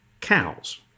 cows